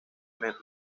menos